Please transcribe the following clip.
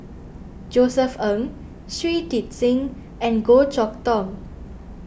Josef Ng Shui Tit Sing and Goh Chok Tong